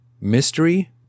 mystery